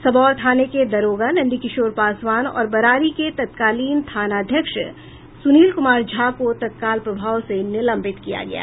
सबौर थाने के दारोगा नन्दकिशोर पासवान और बरारी के तत्कालीन थानाध्यक्ष सुनील कुमार झा को तत्काल प्रभाव से निलंबित किया गया है